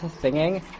singing